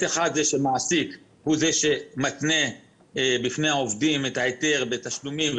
אחד הוא שהמעסיק הוא זה שמתנה בפני העובדים את ההיתר בתשלומים,